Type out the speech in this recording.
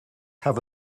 have